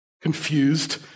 Confused